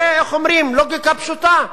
זה, איך אומרים, לוגיקה פשוטה.